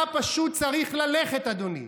אתה פשוט צריך ללכת, אדוני.